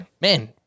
man